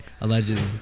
Allegedly